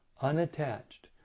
unattached